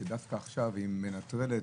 שדווקא עכשיו היא מנטרלת,